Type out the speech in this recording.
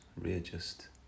readjust